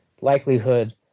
likelihood